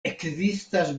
ekzistas